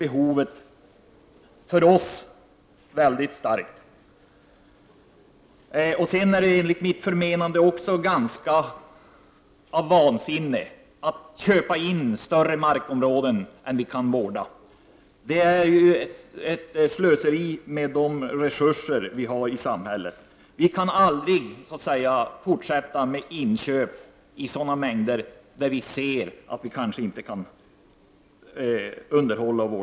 Enligt mitt förmenande är det också ganska vansinnigt att köpa in större markområden än vi kan vårda. Det är slöseri med samhällets resurser. Vi kan inte fortsätta med inköp av den omfattningen att vi inte kan vårda och underhålla marken.